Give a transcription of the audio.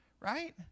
right